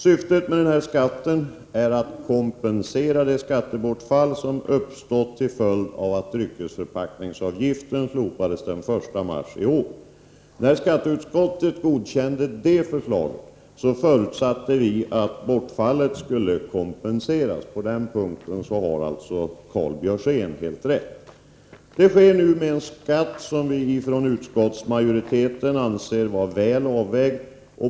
Syftet med denna skatt är att kompensera det skattebortfall som har uppstått till följd av att dryckesförpackningsavgiften slopades den 1 marsi år. När skatteutskottet godkände det förslaget, förutsatte vi att bortfallet skulle kompenseras. På den punkten har alltså Karl Björzén helt rätt. Det sker nu med en skatt som utskottsmajoriteten anser vara väl avvägd.